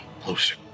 closer